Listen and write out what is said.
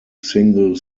single